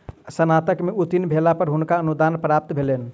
स्नातक में उत्तीर्ण भेला पर हुनका अनुदान प्राप्त भेलैन